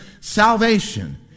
salvation